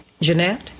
Jeanette